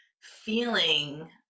feeling